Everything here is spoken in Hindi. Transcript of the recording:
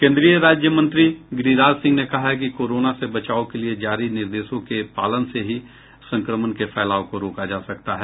केन्द्रीय राज्य मंत्री गिरिराज सिंह ने कहा है कि कोरोना से बचाव के लिए जारी निर्देशों के पालन से ही संक्रमण के फैलाव को रोका जा सकता है